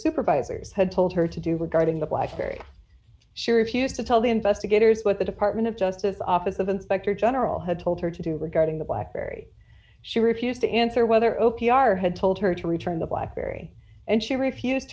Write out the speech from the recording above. supervisors had told her to do regarding the black berry she refused to tell the investigators what the department of justice office of inspector general had told her to do regarding the black berry she refused to answer whether opie are had told her to return the blackberry and she refused